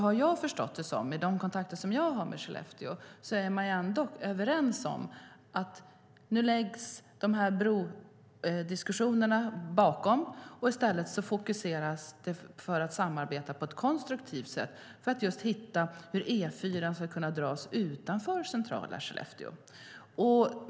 Av de kontakter som jag har med Skellefteå har jag förstått att man är överens om att lägga brodiskussionerna bakom sig och fokusera på ett konstruktivt samarbete för att komma fram till hur E4:an ska kunna dras utanför centrala Skellefteå.